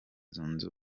zunze